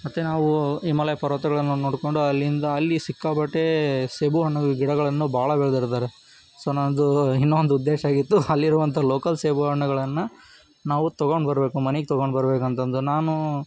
ಮತ್ತು ನಾವು ಹಿಮಾಲಯ ಪರ್ವತಗಳನ್ನು ನೋಡ್ಕೊಂಡು ಅಲ್ಲಿಂದ ಅಲ್ಲಿ ಸಿಕ್ಕಾಪಟ್ಟೆ ಸೇಬು ಹಣ್ಣುಗಳ ಗಿಡಗಳನ್ನು ಭಾಳ ಬೆಳೆದವ್ರಿದ್ದಾರೆ ಸೊ ನನ್ನದು ಇನ್ನೊಂದು ಉದ್ದೇಶ ಆಗಿತ್ತು ಅಲ್ಲಿರುವಂಥ ಲೋಕಲ್ ಸೇಬು ಹಣ್ಣುಗಳನ್ನು ನಾವು ತೊಗೊಂಡು ಬರಬೇಕು ಮನೆಗೆ ತೊಗೊಂಡು ಬರ್ಬೇಕಂತಂದು ನಾನು